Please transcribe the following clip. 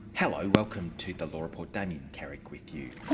hello, welcome to the law report, damien carrick with you.